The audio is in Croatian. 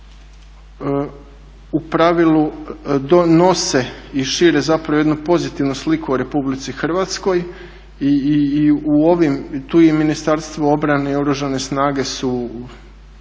u pravilu donose i šire jednu pozitivnu sliku o RH i tu Ministarstvo obrane i Oružane snage su